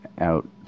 out